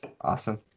Awesome